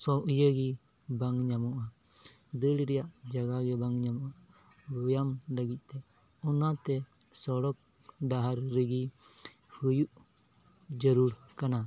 ᱥᱚ ᱤᱭᱟᱹ ᱜᱮ ᱵᱟᱝ ᱧᱟᱢᱚᱜᱼᱟ ᱫᱟᱹᱲ ᱨᱮᱭᱟᱜ ᱡᱟᱭᱜᱟ ᱜᱮ ᱵᱟᱝ ᱧᱟᱢᱚᱜᱼᱟ ᱵᱮᱭᱟᱢ ᱞᱟᱹᱜᱤᱫᱛᱮ ᱚᱱᱟᱛᱮ ᱥᱚᱲᱚᱠ ᱰᱟᱦᱟᱨ ᱨᱮᱜᱮ ᱦᱩᱭᱩᱜ ᱡᱟᱹᱨᱩᱲ ᱠᱟᱱᱟ